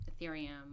Ethereum